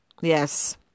Yes